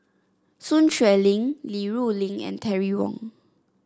Sun Xueling Li Rulin and Terry Wong